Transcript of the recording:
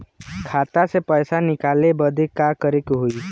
खाता से पैसा निकाले बदे का करे के होई?